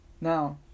Now